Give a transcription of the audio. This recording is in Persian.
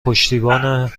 پشتیبان